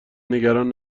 نگران